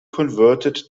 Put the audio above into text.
converted